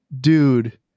Dude